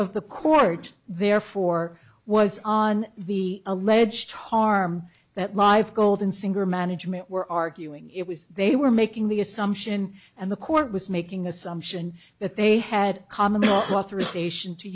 of the court therefore was on the alleged harm that live gold and singer management were arguing it was they were making the assumption and the court was making assumption that they had